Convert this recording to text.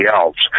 else